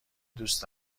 دوست